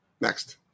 Next